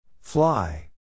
Fly